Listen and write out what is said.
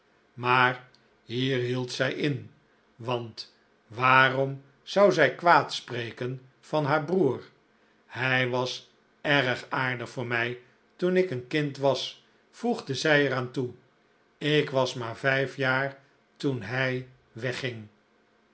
maar hier hield zij zich in want waarom zou zij kwaad spreken van haar broer hij was erg aardig voor mij toen ik een kind was voegde zij er aan toe ik was maar vijf jaar toen hij wegging